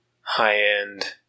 high-end